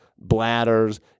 bladders